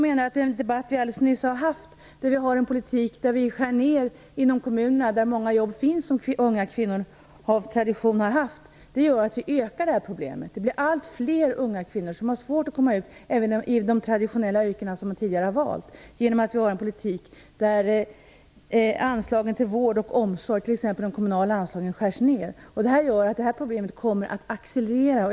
Vi har alldeles nyss haft en debatt om den politik som förs. Vi skär ned inom kommunerna, där det finns många jobb som unga kvinnor av tradition har haft. Det gör att vi ökar problemen. Allt fler unga kvinnor har svårt att komma ut även i de traditionella yrken som de tidigare har valt genom att vi för en politik där anslagen till vård och omsorg, t.ex. de kommunala anslagen, skärs ned. Det gör att problemet kommer att accelerera.